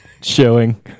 showing